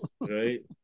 right